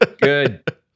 Good